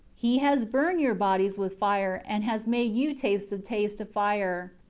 he has burnt your bodies with fire, and has made you taste the taste of fire,